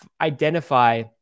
identify